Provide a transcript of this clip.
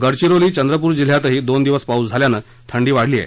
गडचिरोली चंद्रपूर जिल्ह्यात दोन दिवस पाऊस झाल्यानं थंडी वाढली आहे